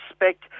respect